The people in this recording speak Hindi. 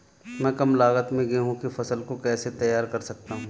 मैं कम लागत में गेहूँ की फसल को कैसे तैयार कर सकता हूँ?